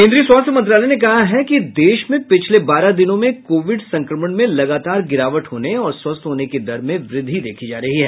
केंद्रीय स्वास्थ्य मंत्रालय ने कहा है कि देश में पिछले बारह दिनों में कोविड संक्रमण में लगातार गिरावट होने और स्वस्थ होने की दर में वृद्धि देखी जा रही है